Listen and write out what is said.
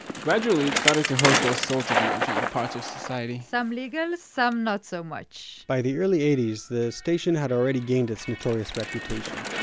gradually, it started to host those sorts of marginal parts of society some legal, some not so much. by the early eighties, the station had already gained its notorious reputation.